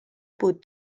بود